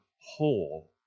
whole